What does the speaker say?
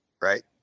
right